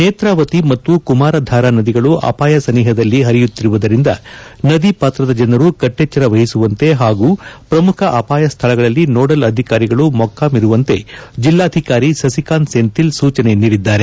ನೇತ್ರಾವತಿ ಮತ್ತು ಕುಮಾರಧಾರಾ ನದಿಗಳು ಅಪಾಯ ಸನಿಹದಲ್ಲಿ ಹರಿಯುತ್ತಿರುವುದರಿಂದ ನದಿ ಪಾತ್ರದ ಜನರು ಕಟ್ಟೆಚ್ಚರ ವಹಿಸುವಂತೆ ಹಾಗೂ ಪ್ರಮುಖ ಅಪಾಯ ಸ್ಥಳಗಳಲ್ಲಿ ನೋಡಲ್ ಅಧಿಕಾರಿಗಳು ಮೊಕ್ಕಾಂ ಇರುವಂತೆ ಜಿಲ್ಲಾಧಿಕಾರಿ ಸಸಿಕಾಂತ್ ಸೆಂಥಿಲ್ ಸೂಚನೆ ನೀಡಿದ್ದಾರೆ